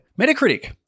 Metacritic